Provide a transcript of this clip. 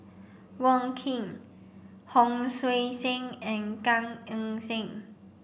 Wong Keen Hon Sui Sen and Gan Eng Seng